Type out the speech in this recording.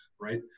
right